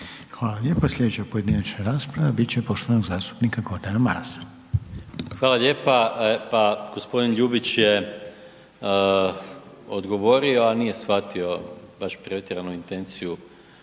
Hvala lijepa. Sljedeća pojedinačna rasprava bit će poštovanog zastupnika Gordana Marasa. **Maras, Gordan (SDP)** Hvala lijepa. Pa g. Ljubić je odgovorio, a nije shvatio baš pretjerano intenciju